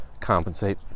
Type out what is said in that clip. Compensate